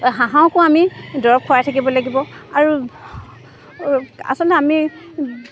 হাঁহকো আমি দৰৱ খুৱাই থাকিব লাগিব আৰু আচলতে আমি